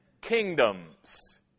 kingdoms